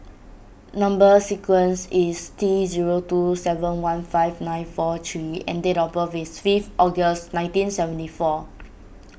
Number Sequence is T zero two seven one five nine four three H and date of birth is fifth August nineteen seventy four